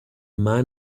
man